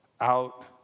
out